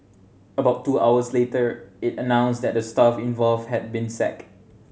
about two hours later it announced that the staff involved had been sacked